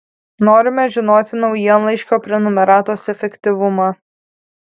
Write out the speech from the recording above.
norime žinoti naujienlaiškio prenumeratos efektyvumą